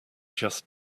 just